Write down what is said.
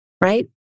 right